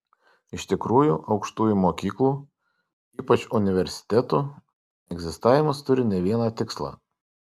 iš tikrųjų aukštųjų mokyklų ypač universitetų egzistavimas turi ne vieną tikslą